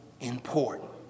important